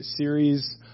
series